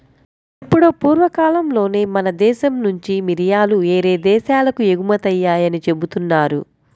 ఎప్పుడో పూర్వకాలంలోనే మన దేశం నుంచి మిరియాలు యేరే దేశాలకు ఎగుమతయ్యాయని జెబుతున్నారు